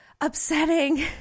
upsetting